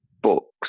books